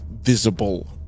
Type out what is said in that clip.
visible